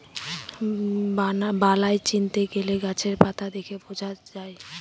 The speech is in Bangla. বালাই চিনতে গেলে গাছের পাতা দেখে বোঝা যায়